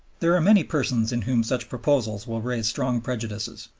there are many persons in whom such proposals will raise strong prejudices.